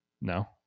No